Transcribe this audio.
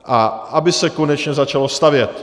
A aby se konečně začalo stavět.